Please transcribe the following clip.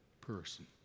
person